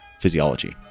physiology